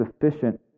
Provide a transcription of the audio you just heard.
sufficient